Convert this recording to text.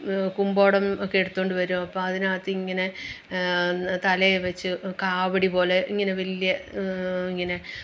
കുമ്പോടം ഒക്കെ എടുത്തു കൊണ്ടു വരും അപ്പോൾ അതിനകത്ത് ഇങ്ങനെ തലയിൽ വെച്ചു കാവടി പോലെ ഇങ്ങനെ വലിയ ഇങ്ങനെ